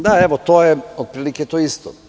Da, to je otprilike to isto.